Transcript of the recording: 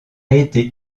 été